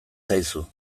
zaizu